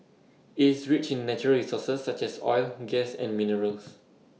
it's rich in natural resources such as oil gas and minerals